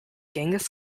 genghis